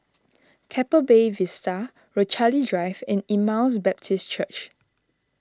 Keppel Bay Vista Rochalie Drive and Emmaus Baptist Church